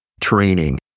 training